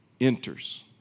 enters